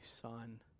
son